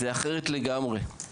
זה אחרת לגמרי,